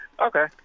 Okay